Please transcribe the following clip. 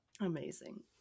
amazing